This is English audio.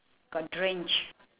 got drenched